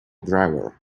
driver